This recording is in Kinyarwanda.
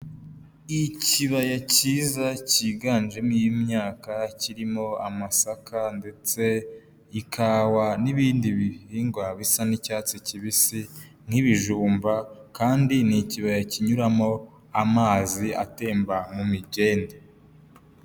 Ikibaya cyiza cyiganjemo imyaka, kirimo amasaka ndetse ikawa n'ibindi bihingwa bisa n'icyatsi kibisi nk'ibijumba kandi ni ikibaya kinyuramo amazi atemba mu migende.